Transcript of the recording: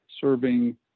serving